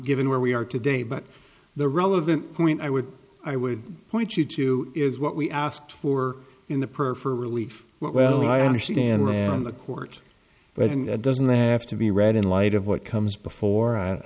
given where we are today but the relevant point i would i would point you to is what we asked for in the per for relief well i understand it on the court but it doesn't have to be read in light of what comes before